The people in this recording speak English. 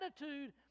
attitude